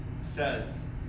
says